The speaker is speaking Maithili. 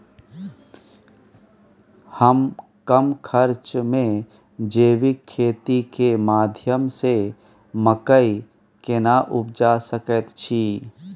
हम कम खर्च में जैविक खेती के माध्यम से मकई केना उपजा सकेत छी?